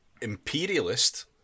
imperialist